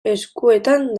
eskuetan